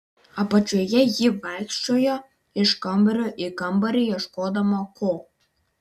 apačioje ji vaikščiojo iš kambario į kambarį ieškodama ko